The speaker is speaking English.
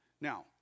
Now